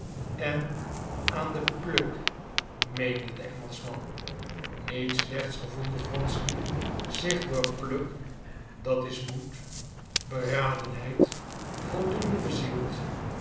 en aan den pluck meende de engelschman niet slechts gevoelde wronsky zich door pluck dat is moed beradenheid voldoende bezield